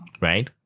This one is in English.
Right